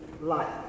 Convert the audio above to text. life